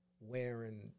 wearing